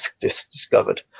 discovered